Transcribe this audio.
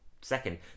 second